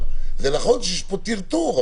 זה נכון שיש פה טרטור,